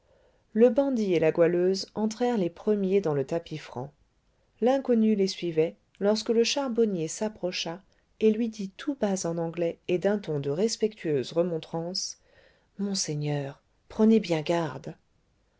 le bandit et la goualeuse entrèrent les premiers dans le tapis franc l'inconnu les suivait lorsque le charbonnier s'approcha et lui dit tout bas en anglais et d'un ton de respectueuse remontrance monseigneur prenez bien garde